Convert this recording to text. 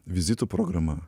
vizitų programa